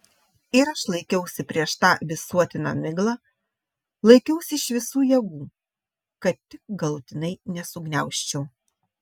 ir aš laikiausi prieš tą visuotiną miglą laikiausi iš visų jėgų kad tik galutinai nesugniaužčiau